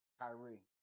Kyrie